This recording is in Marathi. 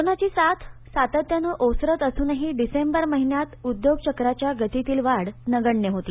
कोरोनाची साथ सातत्यानं ओसरत असुनही डिसेंबर महिन्यात उद्योगचक्राच्या गतितली वाढ नगण्य होती